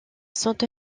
sont